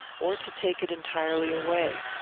or to take it entirely away.